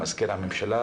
למזכיר הממשלה,